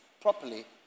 properly